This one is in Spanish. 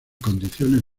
condiciones